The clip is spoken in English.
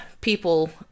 people